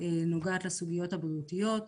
נוגעת לסוגיות הבריאותיות.